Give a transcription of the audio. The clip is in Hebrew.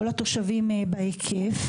כל התושבים בהיקף.